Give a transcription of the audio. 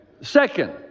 Second